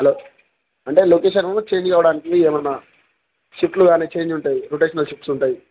hello అంటే location కూడా change అవ్వడానికివి ఏమైన్నా షప్లు గానీ చేంజ్ ఉంటాయి రొటేషనల్ షిప్స్ ఉంటాయి